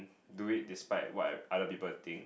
do it despite what ev~ other people think